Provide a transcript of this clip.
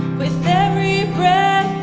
every breath